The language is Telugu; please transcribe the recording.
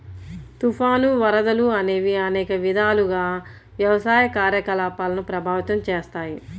తుఫాను, వరదలు అనేవి అనేక విధాలుగా వ్యవసాయ కార్యకలాపాలను ప్రభావితం చేస్తాయి